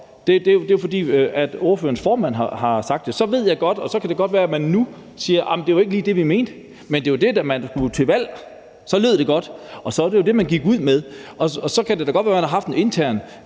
Det er, fordi ordførerens formand har sagt det. Så ved jeg godt, at det godt kan være, at man nu siger, at det ikke lige var det, man mente, men det var jo det, man gik til valg på. Der lød det godt, og så var det jo det, man gik ud med. Det kan da godt være, man har haft en intern